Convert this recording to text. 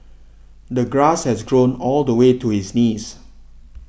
the grass has grown all the way to his knees